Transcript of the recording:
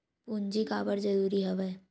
पूंजी काबर जरूरी हवय?